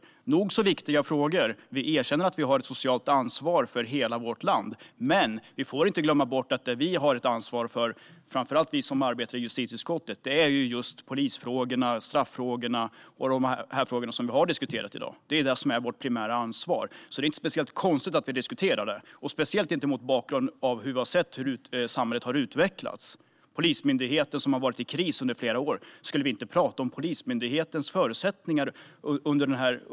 Det är nog så viktiga frågor. Vi erkänner att vi har ett socialt ansvar för hela vårt land. Men man får inte glömma bort att framför allt vi som arbetar i justitieutskottet har ansvar för polisfrågorna, straffrågorna och de frågor som vi diskuterar i dag. Det är vårt primära ansvar, så det är inte speciellt konstigt att vi tar upp de frågorna, särskilt inte mot bakgrund av att vi har sett hur samhället har utvecklats. Polismyndigheten har varit i kris under flera år. Ska vi då inte prata om Polismyndighetens förutsättningar?